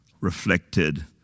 reflected